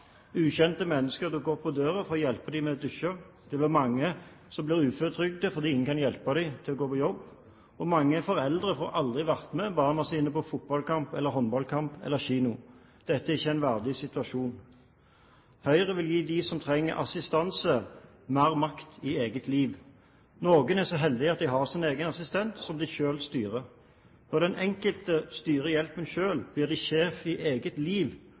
Ukjente mennesker dukker opp på døren for å hjelpe dem med å dusje. Det er mange som blir uføretrygdet fordi ingen kan hjelpe dem til å gå på jobb, og mange foreldre får aldri vært med barna sine på fotballkamp, håndballkamp eller kino. Dette er ikke en verdig situasjon. Høyre vil gi dem som trenger assistanse, mer makt i eget liv. Noen er så heldige at de har sin egen assistent som de selv styrer. Når den enkelte styrer hjelpen selv, blir de sjef i eget liv,